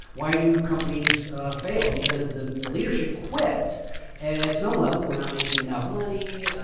why do companies fail because the the leadership quits at some level, we're not making enough money,